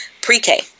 pre-K